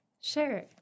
Sure